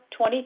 2020